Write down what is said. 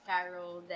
Carol